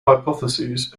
hypotheses